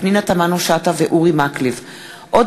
פנינה תמנו-שטה ואורי מקלב בנושא: שיטת "מצליח"